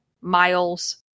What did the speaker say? Miles